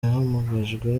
yahamagajwe